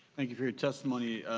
thank you for your testimony.